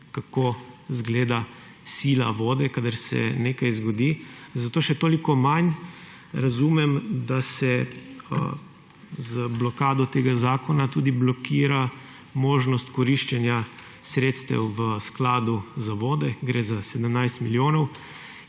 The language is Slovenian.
kako izgleda sila vode, kadar se nekaj zgodi. Zato še toliko manj razumem, da se z blokado tega zakona tudi blokira možnost koriščenja sredstev iz Sklada za vode. Gre za 17 milijonov,